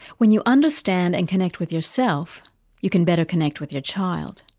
when you understand and connect with yourself you can better connect with your child.